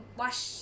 wash